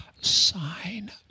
sign